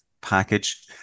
package